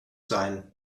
sein